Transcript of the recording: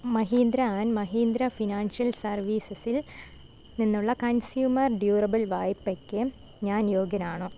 Mahindra and Mahindra financial സർവീസസിൽ നിന്നുള്ള consumer durable വായ്പയ്ക്ക് ഞാൻ യോഗ്യനാണോ